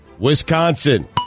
Wisconsin